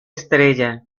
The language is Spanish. estrella